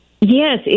Yes